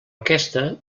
aquesta